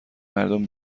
مردم